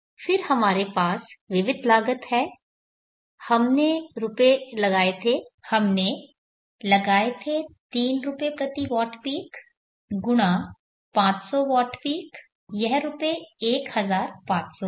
फिर हमारे पास विविध लागत है हमने रुपए लगाए थे हमने लगाए थे 3 रुपए प्रति वॉट पीक × 500 वॉट पीक यह रुपये 1500 है